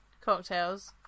cocktails